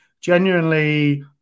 genuinely